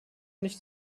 nicht